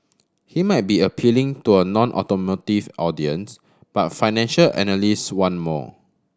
he might be appealing to a nonautomotive audience but financial analyst want more